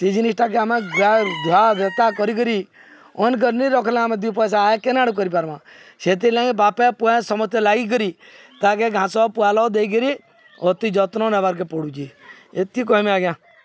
ସେଇ ଜିନିଷଟାକେ ଆମେ ଧୁଆ ଧେତା କର କରିରି ଅନନ୍ କରିନି ରଖିଲ ଆମେ ଦିଇ ପଇସା ଆ କେନା ଆଡ଼ୁ କରିପାରମା ସେଥିଲାଗି ବାପେ ପୁଆ ସମସ୍ତେ ଲାଗିକରି ତାଗେ ଘାସ ପୁଆଲ ଦେଇକିରି ଅତି ଯତ୍ନ ନେବାର୍କେ ପଡ଼ୁଚେ ଏତେ କହମେ ଆଜ୍ଞା